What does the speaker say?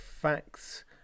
facts